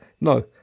No